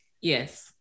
Yes